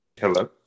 hello